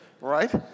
right